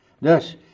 Thus